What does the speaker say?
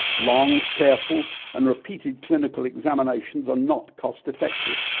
long, careful and repeated clinical examinations are not cost effective